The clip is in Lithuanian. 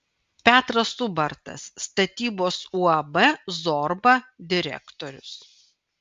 petras ubartas statybos uab zorba direktorius